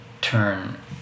turn